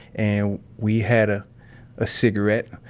and we had a ah cigarette,